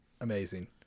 amazing